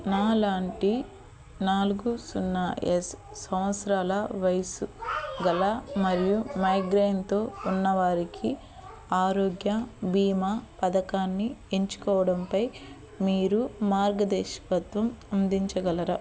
నాలాంటి నాలుగు సున్నా ఎస్ సంవత్సరాల వయస్సు గల మరియు మైగ్రేన్తో ఉన్నవారికి ఆరోగ్య బీమా పథకాన్ని ఎంచుకోవడంపై మీరు మార్గదర్శకత్వం అందించగలరా